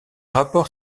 rapport